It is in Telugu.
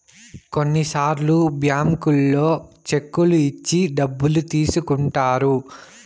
కొన్నిసార్లు బ్యాంకుల్లో చెక్కులు ఇచ్చి డబ్బులు తీసుకుంటారు